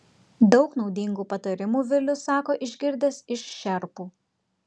daug naudingų patarimų vilius sako išgirdęs iš šerpų